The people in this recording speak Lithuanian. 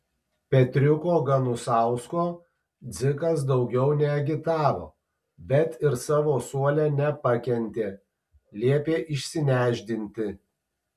petriuko ganusausko dzikas daugiau neagitavo bet ir savo suole nepakentė liepė išsinešdinti